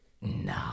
no